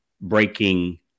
breaking